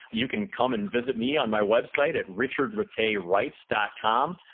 you can come and visit me on my website at richardrataywrites dot com,